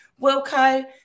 Wilco